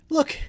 Look